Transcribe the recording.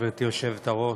גברתי היושבת-ראש,